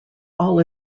all